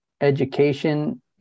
education